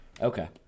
Okay